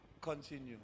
continue